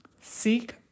seek